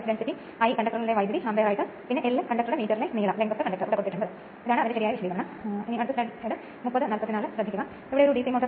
അതിനാൽ ഈ സാഹചര്യത്തിൽ റോട്ടർ തുളയിട്ട ലാമിനേഷനും ചേർന്നതാണ് ഇവ റോട്ടർ വിൻഡിംഗിന് ഇടം നൽകുന്നതിനായി റോട്ടർ സ്ലോട്ടുകളുടെ ഒരു ശ്രേണി സൃഷ്ടിക്കുന്നതിന് ശ്രദ്ധാപൂർവ്വം കുടുങ്ങിയിരിക്കുന്നു